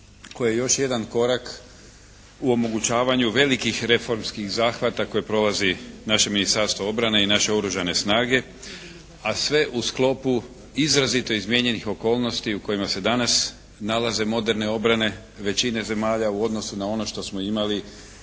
koji je još jedan korak u omogućavanju velikih reformskih zahvata koje prolazi naše Ministarstvo obrane i naše Oružane snage, a sve u sklopu izrazito izmijenjenih okolnosti u kojima se danas nalaze moderne obrane većine zemalja u odnosu na ono što smo imali